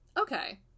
Okay